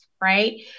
right